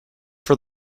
for